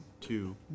two